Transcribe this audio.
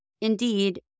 Indeed